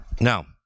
Now